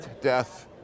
death